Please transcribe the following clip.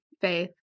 Faith